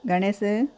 Ganesh